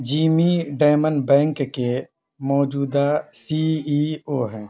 Jamie Dimon bank کے موجودہ C E O ہیں